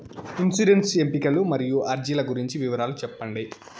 insurance ఎంపికలు మరియు అర్జీల గురించి వివరాలు సెప్పండి